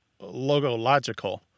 logological